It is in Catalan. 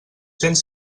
cents